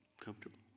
Comfortable